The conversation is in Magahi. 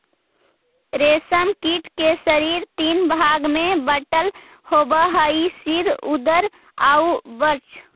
रेशम कीट के शरीर तीन भाग में बटल होवऽ हइ सिर, उदर आउ वक्ष